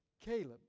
Caleb